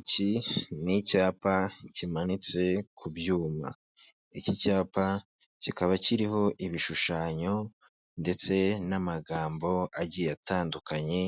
Iki ni icyapa kimanitse ku byuma. Iki cyapa kikaba kiriho ibishushanyo ndetse n'amagambo agiye atandukanye,